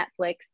Netflix